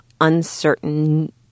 uncertain